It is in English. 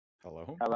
Hello